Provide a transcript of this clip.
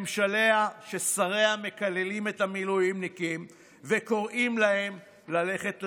ממשלה ששריה מקללים את המילואימניקים וקוראים להם ללכת לעזאזל,